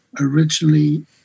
originally